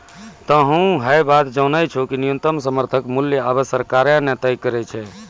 तोहों है बात जानै छौ कि न्यूनतम समर्थन मूल्य आबॅ सरकार न तय करै छै